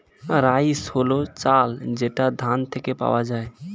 rice হল চাল যেটা ধান থেকে পাওয়া যায়